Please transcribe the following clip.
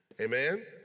amen